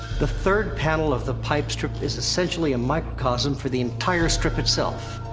the third panel of the pipe strip is essentially a microcosm for the entire strip itself.